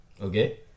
Okay